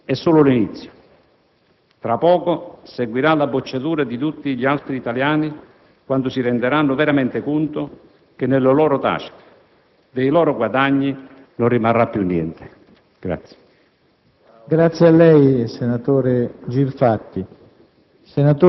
Ma la bocciatura della Standard & Poor's è solo l'inizio; tra poco seguirà la bocciatura di tutti gli altri italiani quando si renderanno veramente conto che, nelle loro tasche, dei loro guadagni non rimarrà più niente.